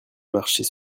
marcher